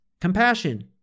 compassion